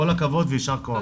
כל הכבוד וישר כוח.